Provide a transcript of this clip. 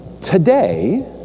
today